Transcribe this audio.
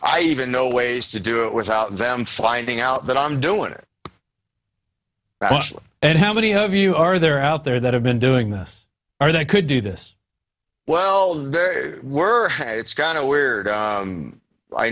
i even know ways to do it without them finding out that i'm doing it and how many of you are there out there that have been doing this i could do this well we're it's kind of weird